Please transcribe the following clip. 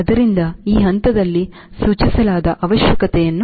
ಆದ್ದರಿಂದ ಈ ಹಂತದಲ್ಲಿ ಸೂಚಿಸಲಾದ ಅವಶ್ಯಕತೆಯಾಗಿದೆ